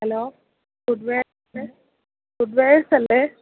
hello footwears footwears അല്ലേ